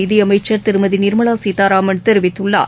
நிதியமைச்சர் திருமதி நிர்மலா சீதாராமன் தெரிவித்துள்ளார்